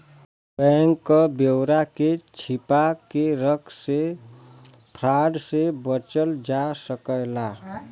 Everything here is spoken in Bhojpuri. बैंक क ब्यौरा के छिपा के रख से फ्रॉड से बचल जा सकला